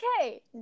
okay